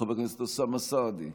חבר הכנסת אוסאמה סעדי,